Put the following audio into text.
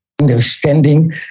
understanding